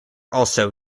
also